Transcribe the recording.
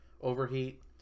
Overheat